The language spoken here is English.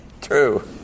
True